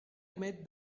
met